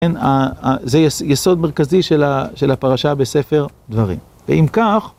כן, זה יסוד מרכזי של הפרשה בספר דברים. ואם כך...